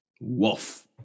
Wolf